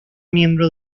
miembro